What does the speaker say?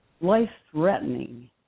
life-threatening